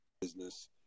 business